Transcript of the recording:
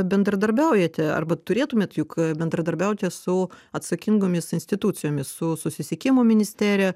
bendradarbiaujate arba turėtumėt juk bendradarbiauti su atsakingomis institucijomis su susisiekimo ministerija